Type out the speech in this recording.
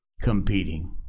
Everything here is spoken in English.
competing